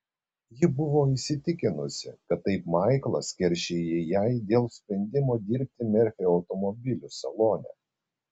ji buvo įsitikinusi kad taip maiklas keršija jai dėl sprendimo dirbti merfio automobilių salone